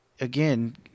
again